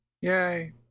Yay